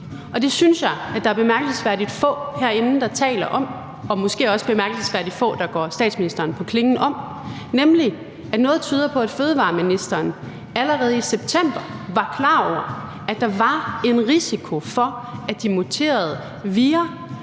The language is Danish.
det synes jeg der er bemærkelsesværdigt få herinde der taler om, og måske også bemærkelsesværdigt få der går statsministeren på klingen om, nemlig at noget tyder på, at fødevareministeren allerede i september var klar over, at der var en risiko for, at de muterede vira